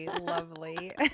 lovely